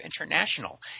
international